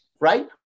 Right